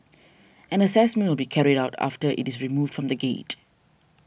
an assessment will be carried out after it is removed from the gate